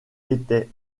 était